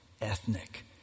ethnic